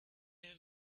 have